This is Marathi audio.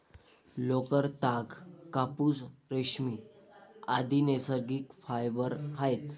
लोकर, ताग, कापूस, रेशीम, आदि नैसर्गिक फायबर आहेत